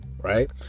Right